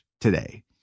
today